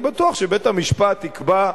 אני בטוח שבית-המשפט יקבע.